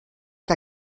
que